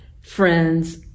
friends